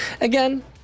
Again